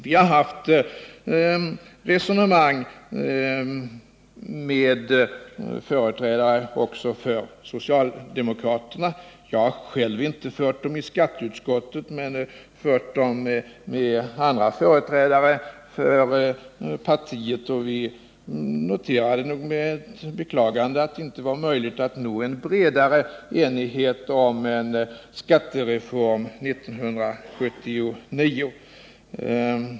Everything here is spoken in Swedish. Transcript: Vi har haft resonemang med företrädare också för socialdemokraterna — jag har själv inte fört dem med socialdemokraternas företrädare i skatteutskottet, men med andra företrädare för partiet — och vi noterade med beklagande att det inte var möjligt att nå en bredare enighet om en skattereform 1979.